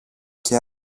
και